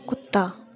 कुत्ता